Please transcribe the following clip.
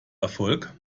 erfolg